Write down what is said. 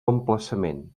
emplaçament